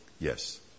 yes